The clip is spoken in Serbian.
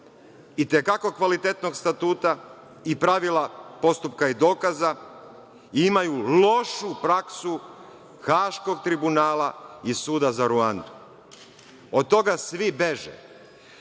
i te kako kvalitetnog statuta i pravila postupka i dokaza imaju lošu praksu Haškog tribunala i Suda za Ruandu. Od toga svi